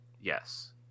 Yes